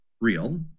real